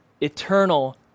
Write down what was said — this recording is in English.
eternal